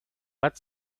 what